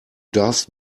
darfst